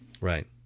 Right